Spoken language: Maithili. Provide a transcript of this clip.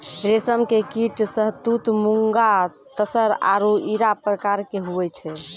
रेशम के कीट शहतूत मूंगा तसर आरु इरा प्रकार के हुवै छै